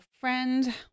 friend